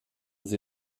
sie